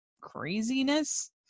craziness